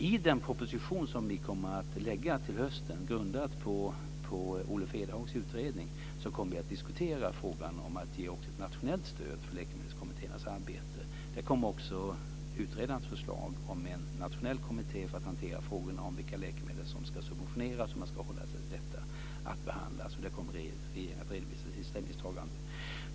I den proposition som vi kommer att lägga fram till hösten, grundad på Olof Edhags utredning, kommer vi att diskutera frågan om att ge också ett nationellt stöd till läkemedelskommittéernas arbete. Där kommer också utredarens förslag om en nationell kommitté för att hantera frågorna om vilka läkemedel som ska subventioneras och hur man ska förhålla sig till detta att behandlas. Där kommer regeringen att redovisa sitt ställningstagande.